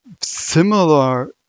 similar